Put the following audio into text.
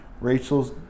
Rachel's